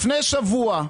לפני שבוע,